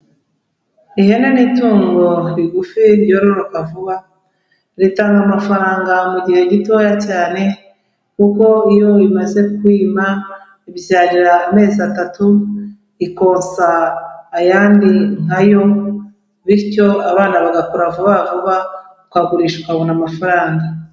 Ihene ni itungo rigufi, ryororoka vuba ritanga amafaranga mu gihe gitoya cyane, kuko iyo imaze kwima, ibyarira amezi atatu, ikosa ayandi nka yo. Bityo abana bagakura vuba vuba, twagurisha ukabona amafaranga.